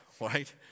Right